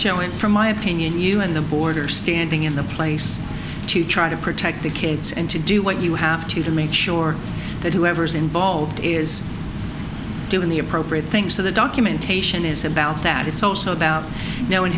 michaud it from my opinion you and the border standing in the place to try to protect the kids and to do what you have to to make sure that whoever's involved is doing the appropriate things to the documentation is about that it's also about knowing